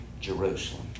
Jerusalem